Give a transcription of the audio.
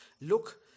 Look